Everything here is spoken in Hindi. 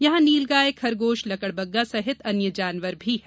यहां नीलगाय खरगोश लकड़बग्गा सहित अन्य जानवर भी है